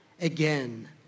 Again